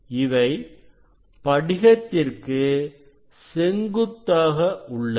இவை படிகத்திற்குற்கு செங்குத்தாக உள்ளது